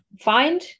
find